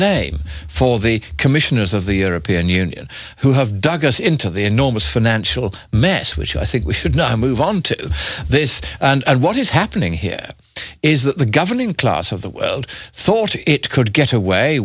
name for the commissioners of the european union who have dug us into the enormous financial mess which i think we should not move on to this and what is happening here is that the governing class of the world thought it could get away